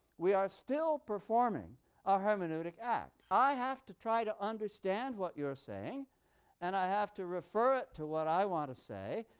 we are still performing a hermeneutic act. i have to try to understand what you're saying and i have to refer it to what i want to say,